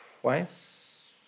twice